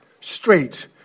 straight